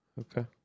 Okay